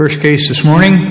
first case this morning